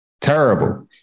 terrible